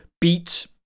beat